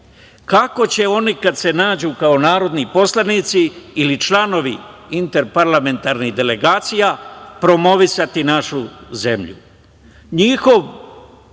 kako će oni kad se nađu kao narodni poslanici ili članovi interparlamentarnih delegacija promovisati našu zemlju. Njihov